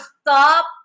stop